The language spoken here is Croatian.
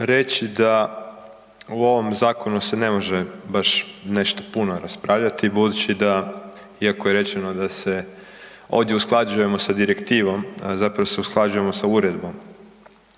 reći da u ovom zakonu se ne može baš nešto puno raspravljati budući da, iako je rečeno da se ovdje usklađujemo sa direktivom, a zapravo se usklađujemo sa uredbom.